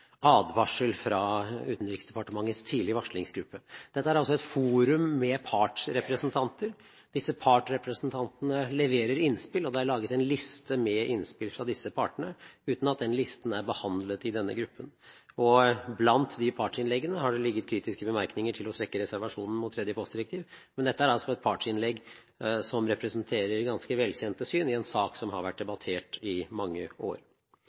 advarsel fra Utenriksdepartementets Tidlig Varslings-gruppe. Dette er et forum med partsrepresentanter. Disse partsrepresentantene leverer innspill, og det er laget en liste med innspill fra disse partene, uten at listen er behandlet i denne gruppen. Blant partsinnleggene har det ligget kritiske bemerkninger til å trekke reservasjonen mot tredje postdirektiv, men dette er altså et partsinnlegg som representerer ganske velkjente syn i en sak som har vært debattert i mange år.